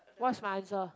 what's my answer